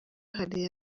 hari